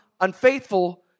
unfaithful